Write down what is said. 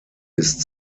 ist